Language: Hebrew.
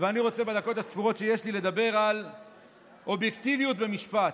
בדקות הספורות שיש לי אני רוצה לדבר על אובייקטיביות במשפט.